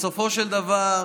בסופו של דבר,